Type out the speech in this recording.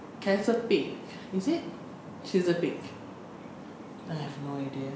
cancel pig is it she's a pig I have no idea